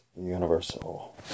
Universal